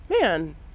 man